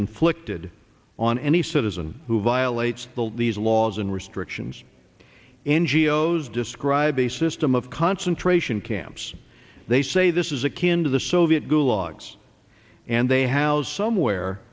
inflicted on any citizen who violates the these laws and restrictions n g o s describe a system of concentration camps they say this is akin to the soviet gulags and they have somewhere